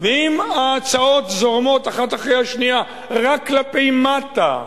ואם ההצעות זורמות האחת אחרי השנייה רק כלפי מטה,